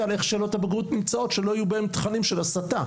על איך שאלות הבגרות שנמצאות לא יהיו בהן תכנים של הסתה.